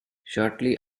shortly